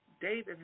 David